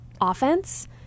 offense